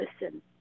listen